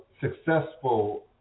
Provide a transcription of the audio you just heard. successful